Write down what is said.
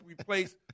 replace